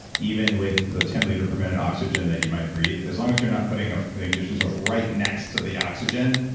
even with the ten liter per minute oxygen that you might breathe, as long as you're not putting off an ignition source right next to the oxygen,